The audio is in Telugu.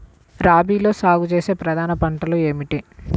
రబీలో సాగు చేసే ప్రధాన పంటలు ఏమిటి?